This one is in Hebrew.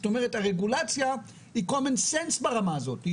זאת אומרת הרגולציה היא common sense ברמה הזאת.